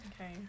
Okay